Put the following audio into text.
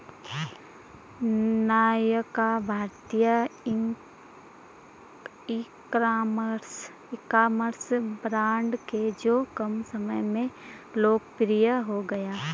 नायका भारतीय ecommerce brand हैं जो कम समय में लोकप्रिय हो गया